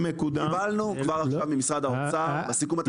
קיבלנו כבר עכשיו ממשרד האוצר --- סיכום ראשוני,